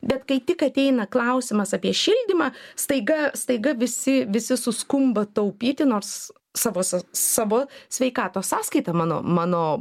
bet kai tik ateina klausimas apie šildymą staiga staiga visi visi suskumba taupyti nors savo sa savo sveikatos sąskaita mano mano